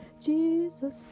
Jesus